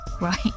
Right